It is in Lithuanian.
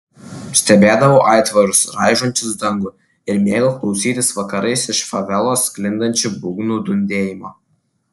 stebėdavau aitvarus raižančius dangų ir mėgau klausytis vakarais iš favelos sklindančių būgnų dundėjimo